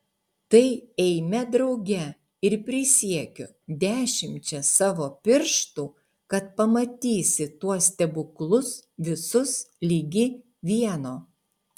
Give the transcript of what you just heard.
tai eime drauge ir prisiekiu dešimčia savo pirštų kad pamatysi tuos stebuklus visus ligi vieno